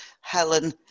Helen